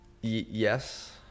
Yes